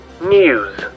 News